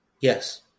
Yes